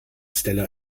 stella